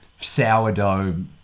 sourdough